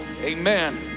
Amen